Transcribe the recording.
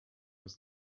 was